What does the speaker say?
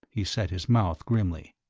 he set his mouth grimly.